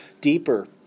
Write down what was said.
deeper